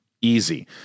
Easy